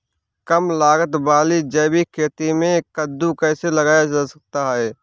कम लागत वाली जैविक खेती में कद्दू कैसे लगाया जा सकता है?